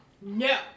no